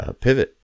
pivot